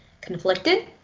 conflicted